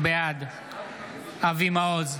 בעד אבי מעוז,